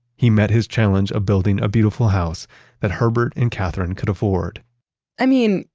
he met his challenge of building a beautiful house that herbert and katherine could afford i mean,